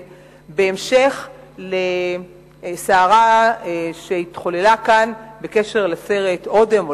בהמשך לסערה שהתחוללה כאן בקשר לסרט "אודם",